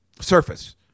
Surface